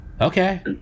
Okay